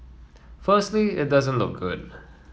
firstly it doesn't look good